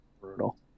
Brutal